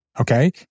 okay